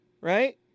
Right